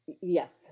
Yes